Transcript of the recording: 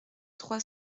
trois